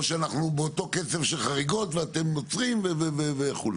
או שאנחנו באותו קצב של חריגות ואתם נוטרים וכו'?